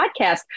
podcast